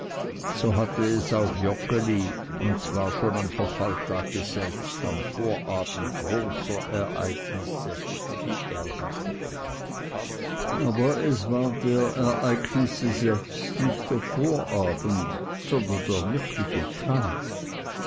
so hatte es auch joggeli und zwar schon am verfalltag selbst am vorabend großer ereignisse wie er dachte aber es war der ereignisse selbst nicht der vorabend sondern der wirkliche tag